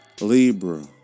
Libra